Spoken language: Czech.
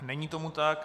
Není tomu tak.